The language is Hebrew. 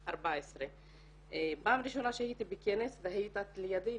14. פעם ראשונה שהייתי בכנס והיית לידי,